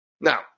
Now